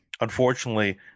Unfortunately